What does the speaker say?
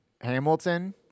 Hamilton